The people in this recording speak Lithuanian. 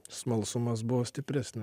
smalsumas buvo stipresni